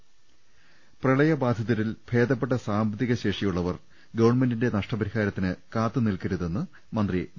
്മ പ്രളയ ബാധിതരിൽ ഭേദപ്പെട്ട സാമ്പത്തിക ശേഷിയു ള്ളവർ ഗവൺമെന്റിന്റെ നഷ്ടപരിഹാരത്തിന് കാത്തു നിൽക്കരുതെന്ന് മന്ത്രി ഡോ